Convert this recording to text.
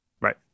Right